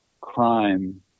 crime